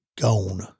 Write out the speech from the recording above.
gone